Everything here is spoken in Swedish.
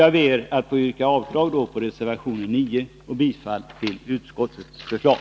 Jag ber att få yrka avslag på reservation 9 och bifall till utskottets förslag.